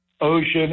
ocean